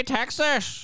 Texas